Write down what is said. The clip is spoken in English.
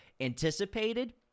anticipated